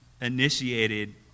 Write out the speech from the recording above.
initiated